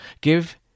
give